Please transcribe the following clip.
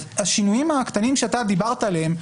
אז השינויים הקטנים שאתה דיברת עליהם,